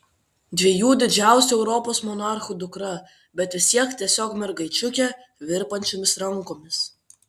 dviejų didžiausių europos monarchų dukra bet vis tiek tiesiog mergaičiukė virpančiomis rankomis